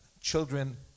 children